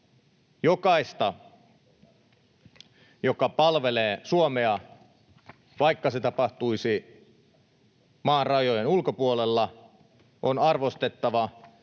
Jokaista, joka palvelee Suomea, vaikka se tapahtuisi maan rajojen ulkopuolella, on arvostettava,